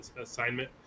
assignment